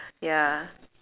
ya